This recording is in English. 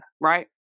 right